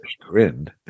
grinned